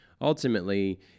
ultimately